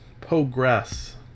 Progress